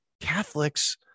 Catholics